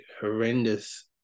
horrendous